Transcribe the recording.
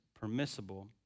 permissible